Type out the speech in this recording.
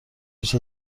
بیش